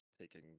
taking